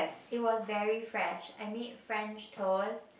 it was very fresh I mean french toast